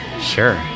sure